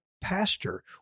pastor